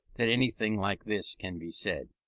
that anything like this can be said.